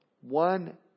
one